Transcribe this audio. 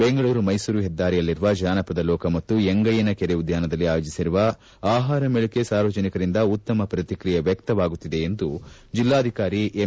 ಬೆಂಗಳೂರು ಮ್ಯೆಸೂರು ಹೆದ್ದಾರಿಯಲ್ಲಿರುವ ಜಾನಪದ ಲೋಕ ಮತ್ತು ಯಂಗಯ್ಯನ ಕೆರೆ ಉದ್ಯಾನದಲ್ಲಿ ಆಯೋಜಿಸಿರುವ ಆಹಾರ ಮೇಳಕ್ಕೆ ಸಾರ್ವಜನಿಕರಿಂದ ಉತ್ತಮ ಪ್ರತಿಕ್ರಿಯೆ ವ್ಯಕ್ತವಾಗುತ್ತಿದೆ ಎಂದು ಜಿಲ್ಲಾಧಿಕಾರಿ ಎಂ